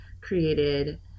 created